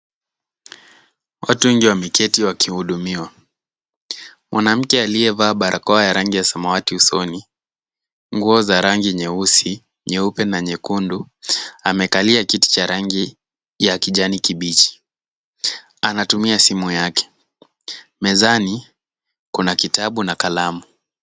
Watu wengi wameketi wakihudumiwa. Mwanamke aliyevaa barakoa ya rangu ya samawati usoni, nguo za rangi nyeusi, nyeupe na nyekundu amekalia kiti cha rangi ya kijani kibichi. Anatumia simu yake. Mezani, kuna kitabu na kalamu.